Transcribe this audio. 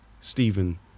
Stephen